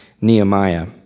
Nehemiah